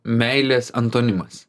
meilės antonimas